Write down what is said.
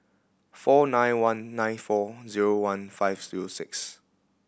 four nine one nine four zero one five zero six